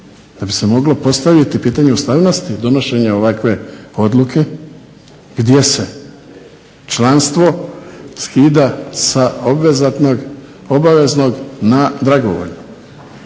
da bi se moglo postaviti pitanje ustavnosti donošenje ovakve odluke gdje se članstvo skida sa obaveznog na dragovoljno.